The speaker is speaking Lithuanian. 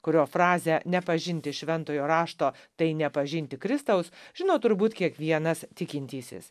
kurio frazę nepažinti šventojo rašto tai nepažinti kristaus žino turbūt kiekvienas tikintysis